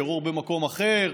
טרור במקום אחר?